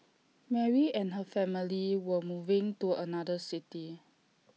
Mary and her family were moving to another city